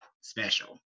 special